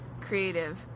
creative